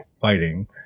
fighting